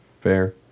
Fair